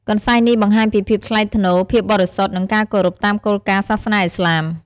កន្សែងនេះបង្ហាញពីភាពថ្លៃថ្នូរ ភាពបរិសុទ្ធ និងការគោរពតាមគោលការណ៍សាសនាឥស្លាម។